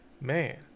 man